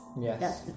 Yes